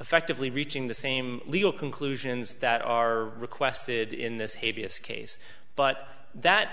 effectively reaching the same legal conclusions that are requested in this hideous case but